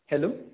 hello